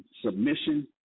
submission